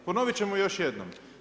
Ponoviti ćemo još jednom.